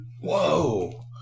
Whoa